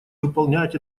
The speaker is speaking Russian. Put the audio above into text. выполнять